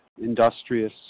industrious